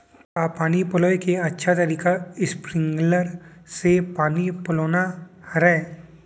का पानी पलोय के अच्छा तरीका स्प्रिंगकलर से पानी पलोना हरय?